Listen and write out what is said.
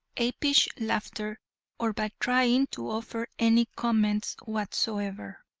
apish laughter or by trying to offer any comments whatsoever.